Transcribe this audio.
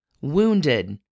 wounded